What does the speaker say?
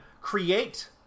create